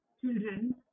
children